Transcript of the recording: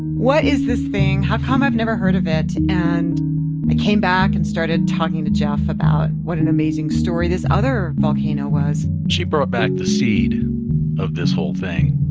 what is this thing? how come i've never heard of it? and i came back and started talking to jeff about what an amazing story this other volcano was she brought back the seed of this whole thing